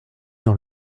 dans